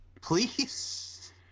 Please